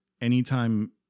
anytime